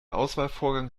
auswahlvorgang